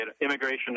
immigration